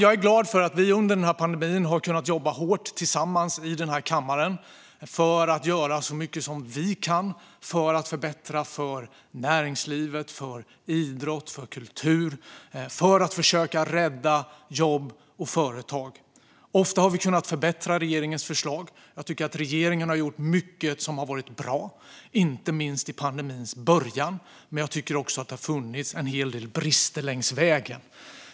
Jag är glad för att vi under pandemin har kunnat jobba hårt tillsammans i den här kammaren för att göra så mycket som vi kan för att förbättra för näringsliv, idrott, kultur och för att försöka rädda jobb och företag. Ofta har vi kunnat förbättra regeringens förslag. Jag tycker att regeringen har gjort mycket som har varit bra, inte minst i pandemins början, men jag tycker också att det har funnits en hel del brister längs vägen.